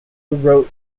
wrote